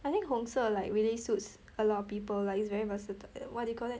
I think 红色 like really suits a lot of people like it's very versat~ what do you call that